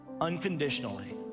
unconditionally